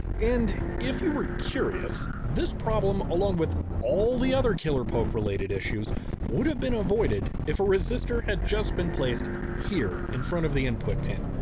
and if you were curious, this problem along with all the other killer poke related issues would have been avoided if a resistor had just been placed here in front of the input pin.